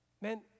Man